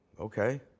Okay